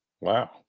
Wow